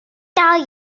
dal